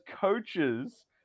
coaches